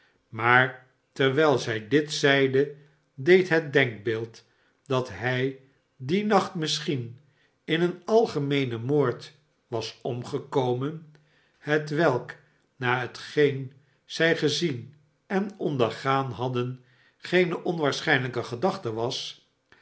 maar terwijl zij dit zeide deed het denkbeeld dat hij dien nacht misschien in een algemeenen moord was omgekomen hetwelk na hetgeen zij gezien en ondergaan hadden geene onwaarschijnlijke gedachte was